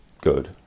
good